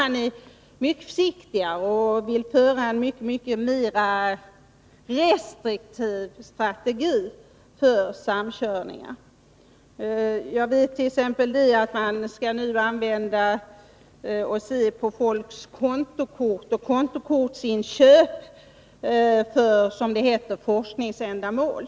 Han är mycket försiktigare än regeringen och vill ha en mer restriktiv strategi för samkörningar. Jag vet t.ex. att man nu vill studera folks kontokortsköp för, som det heter, forskningsändamål.